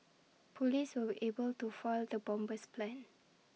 Police were able to foil the bomber's plans